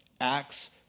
Acts